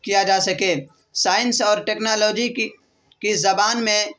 کیا جا سکے سائنس اور ٹیکنالوجی کی کی زبان میں